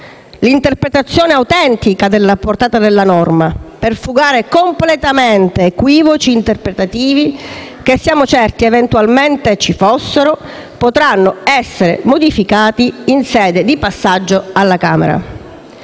l'interpretazione autentica della portata della norma, per fugare completamente equivoci interpretativi che - ne siamo certi - eventualmente ci fossero, potranno essere modificati in sede di passaggio alla Camera.